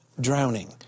drowning